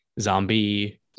zombie